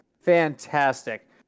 Fantastic